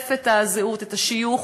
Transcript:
שחושף את הזהות, את השיוך,